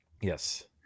Yes